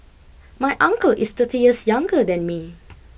my uncle is thirty years younger than me